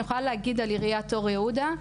אני יכולה להגיד על עריית אור יהודה,